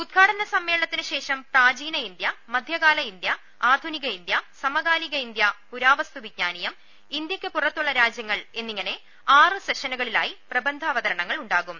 ഉദ്ഘാടന സമ്മേളനത്തിന് ശേഷം പ്രാചീന ഇന്ത്യ മധ്യകാല ഇന്ത്യ ആധുനിക ഇന്ത്യ സ്മകാലിക ഇന്ത്യ പുരാവസ്തു വിജ്ഞാനീയം ഇന്ത്യയ്ക്ക് പുറത്തുള്ള രാജ്യങ്ങൾ എന്നിങ്ങനെ ആറ് സെഷനുക്ളിലായി പ്രബന്ധാവതരണങ്ങൾ ഉണ്ടാകും